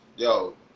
Yo